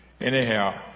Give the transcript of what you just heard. Anyhow